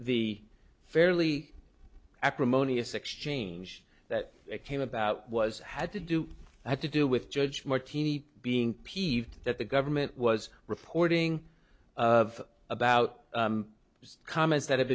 the fairly acrimonious exchange that came about was had to do i had to do with judge martini being peeved that the government was reporting of about comments that have